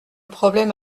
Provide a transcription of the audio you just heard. problème